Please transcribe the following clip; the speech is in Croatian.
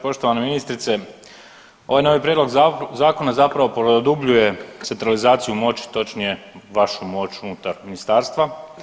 Poštovana ministrice, ovaj novi prijedlog zakona zapravo produbljuje centralizaciju moći, točnije vašu moć unutar ministarstva.